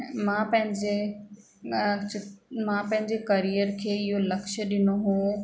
मां पंहिंजे न चि मां पंहिंजे करियर खे इहो लक्ष्य ॾिनो हुओ